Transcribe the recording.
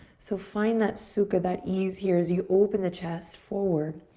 so find that sukha, that ease here as you open the chest forward.